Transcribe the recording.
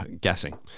guessing